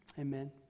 amen